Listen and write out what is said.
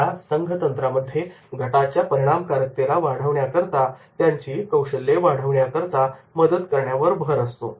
या संघ तंत्रामध्ये गटाच्या परिणामकारकतेला वाढवण्याकरता त्यांची कौशल्ये वाढवण्यासाठी मदत करण्यावर भर असतो